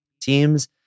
teams